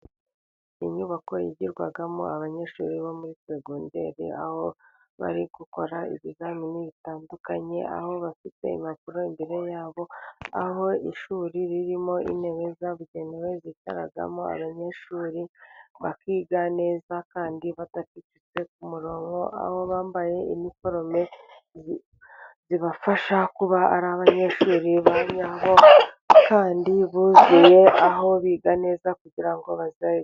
Inyubako yigirwamo abanyeshuri bo muri segonderi, aho bari gukora ibizamini bitandukanye, aho bafite impapuro imbere yabo, aho ishuri ririmo intebe zabugenewe zicaramo abanyeshuri bakiga neza kandi badacucitse ku murongo, aho bambaye iniforome zibafasha kuba ari abanyeshuri ba nyabo kandi buzuye, aho biga neza kugira ngo baze......